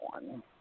one